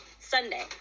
sunday